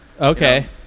Okay